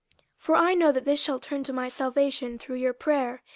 for i know that this shall turn to my salvation through your prayer,